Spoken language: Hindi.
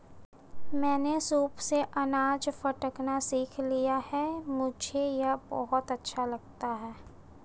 मैंने सूप से अनाज फटकना सीख लिया है मुझे यह बहुत अच्छा लगता है